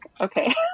Okay